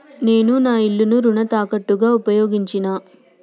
నేను నా ఇల్లును రుణ తాకట్టుగా ఉపయోగించినా